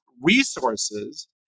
resources